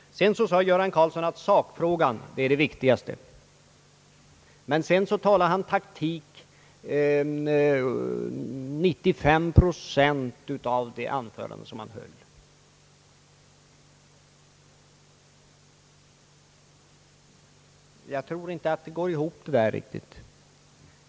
Sedan sade herr Göran Karlsson att sakfrågan är den viktigaste, men han talade taktik under 95 procent av sitt anförande. Jag tror inte att det går riktigt ihop.